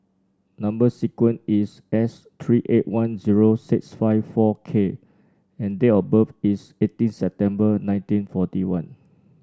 number sequence is S three eight one zero six five four K and date of birth is eighteen September nineteen forty one